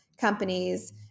companies